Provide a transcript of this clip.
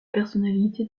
personnalités